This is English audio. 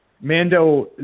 Mando